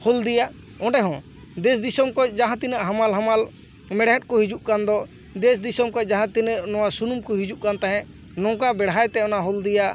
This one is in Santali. ᱦᱳᱞᱫᱤᱭᱟ ᱚᱸᱰᱮ ᱦᱚᱸ ᱫᱮᱥ ᱫᱤᱥᱚᱢ ᱠᱷᱚᱱ ᱡᱟᱦᱟᱸ ᱛᱤᱱᱟᱹᱜ ᱦᱟᱢᱟᱞ ᱦᱟᱢᱟᱞ ᱢᱮᱲᱦᱮᱫ ᱠᱚ ᱦᱤᱡᱩᱜ ᱠᱟᱱ ᱫᱚ ᱫᱮᱥ ᱫᱤᱥᱚᱢ ᱠᱷᱚᱱ ᱡᱟᱦᱟᱸ ᱛᱤᱱᱟᱹᱜ ᱱᱚᱜ ᱚᱭ ᱥᱩᱱᱩᱢ ᱠᱚ ᱦᱤᱡᱩᱜ ᱠᱟᱱ ᱛᱟᱦᱮᱸᱫ ᱱᱚᱝᱠᱟ ᱵᱮᱲᱦᱟᱭ ᱛᱮ ᱚᱱᱟ ᱦᱳᱞᱫᱤᱭᱟ